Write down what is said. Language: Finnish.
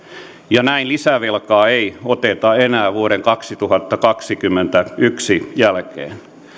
ja näin lisävelkaa ei oteta enää vuoden kaksituhattakaksikymmentäyksi jälkeen